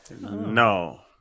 No